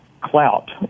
clout